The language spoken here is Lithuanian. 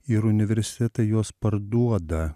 ir universitetai juos parduoda